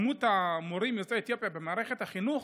מספר המורים יוצאי אתיופיה במערכת החינוך